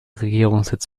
regierungssitz